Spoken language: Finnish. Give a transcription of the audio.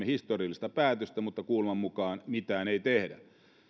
historiallista päätöstä mutta kuuleman mukaan mitään ei tehdä